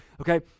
Okay